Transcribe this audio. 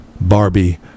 Barbie